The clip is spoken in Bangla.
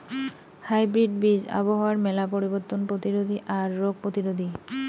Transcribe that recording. হাইব্রিড বীজ আবহাওয়ার মেলা পরিবর্তন প্রতিরোধী আর রোগ প্রতিরোধী